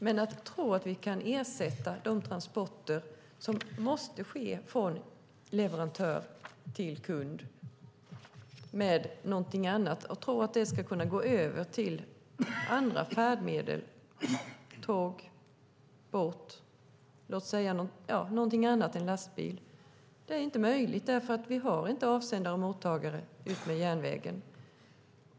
Men att ersätta de transporter som måste ske från leverantör till kund med någonting annat, att de ska kunna ske med andra färdmedel som tåg, båt eller någonting annat än lastbil, är inte möjligt, därför att vi inte har avsändare och mottagare utmed järnvägen.